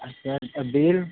अच्छा अच्छा बिल